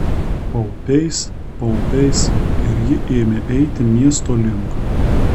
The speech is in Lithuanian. paupiais paupiais ir ji ėmė eiti miesto link